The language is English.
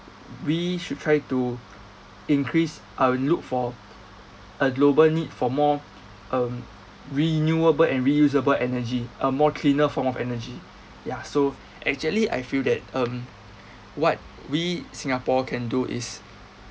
we should try to increase and look for a global need for more um renewable and reusable energy a more cleaner form of energy ya so actually I feel that um what we singapore can do is